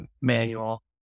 manual